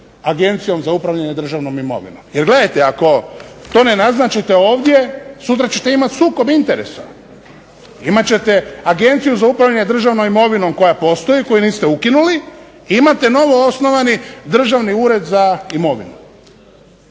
Agencijom za upravljanje državnom imovinom. Jer gledajte, ako to ne naznačite ovdje sutra ćete imati sukob interesa, imat ćete Agenciju za upravljanje državnom imovinom koja postoji, koju niste ukinuli i imate novoosnovani Državni ured za imovinu.